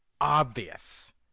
obvious